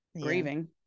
grieving